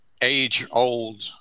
age-old